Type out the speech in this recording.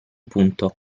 punto